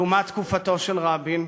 לעומת תקופתו של רבין?